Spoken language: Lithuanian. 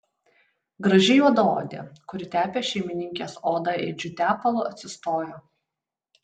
graži juodaodė kuri tepė šeimininkės odą ėdžiu tepalu atsistojo